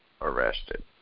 arrested